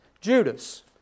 Judas